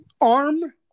arm